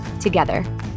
together